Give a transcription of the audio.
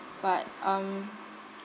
but um